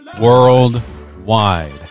Worldwide